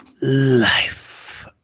life